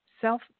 self